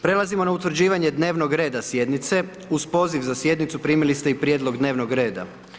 Prelazimo na utvrđivanje dnevnog reda sjednice, uz poziv za sjednicu primili ste i prijedlog dnevnog reda.